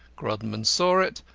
grodman saw it,